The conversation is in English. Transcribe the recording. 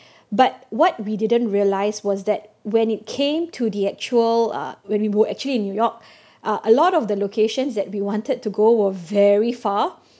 but what we didn't realise was that when it came to the actual uh when we were actually in new york uh a lot of the locations that we wanted to go were very far